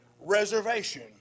reservation